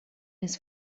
his